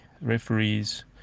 referees